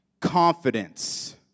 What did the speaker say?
confidence